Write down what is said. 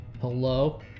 Hello